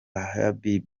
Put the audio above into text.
habib